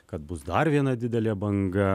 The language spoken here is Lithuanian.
kad bus dar viena didelė banga